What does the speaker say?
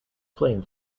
flame